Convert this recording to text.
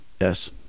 Yes